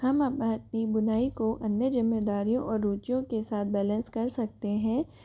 हम अपनी बुनाई को अन्य जिम्मेदारियों और रुचियों के साथ बैलेंस कर सकते हैं